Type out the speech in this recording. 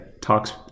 Talks